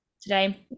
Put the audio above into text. today